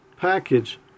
package